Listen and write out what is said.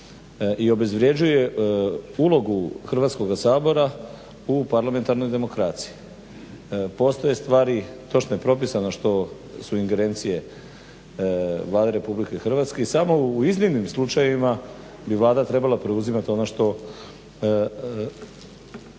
i obezvređuje ulogu Hrvatskoga sabora u parlamentarnoj demokraciji. Postoje stvari točno je propisano što su ingerencije Vlade RH i samo u iznimnim slučajevima bi Vlada trebala preuzimat ono što